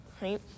right